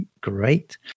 great